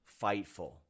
FIGHTFUL